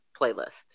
playlist